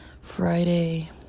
Friday